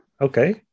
Okay